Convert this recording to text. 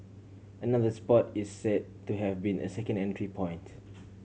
another spot is say to have been a second entry point